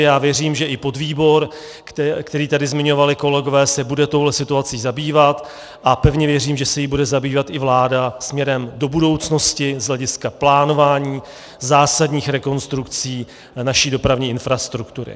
Já věřím, že i podvýbor, který tady zmiňovali kolegové, se bude touto situací zabývat, a pevně věřím, že se jí bude zabývat i vláda směrem do budoucnosti z hlediska plánování zásadních rekonstrukcí naší dopravní infrastruktury.